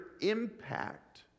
impact